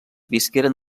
visqueren